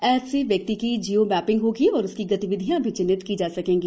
app से व्यक्ति की जियो मैपिंग होगी और उसकी गतिविधियाँ भी चिन्हित की जा सकेंगी